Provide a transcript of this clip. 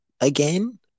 again